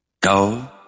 go